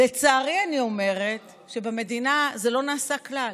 לצערי אני אומרת שבמדינה זה לא נעשה כלל,